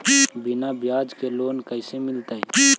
बिना ब्याज के लोन कैसे मिलतै?